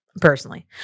personally